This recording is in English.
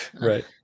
Right